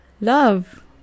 love